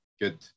Good